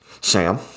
Sam